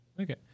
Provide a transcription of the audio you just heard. Okay